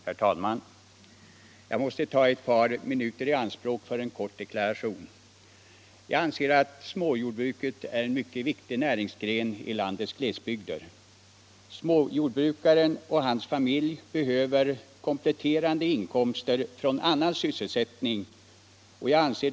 Herr talman! Jag måste ta ett par minuter i anspråk för en kort deklaration. Jag anser att småjordbruket är en mycket viktig näringsgren i landets glesbygder. Småjordbrukaren och hans familj behöver kompletterande inkomst från annan sysselsättning.